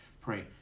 Pray